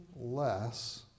less